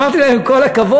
אמרתי להם, עם כל הכבוד,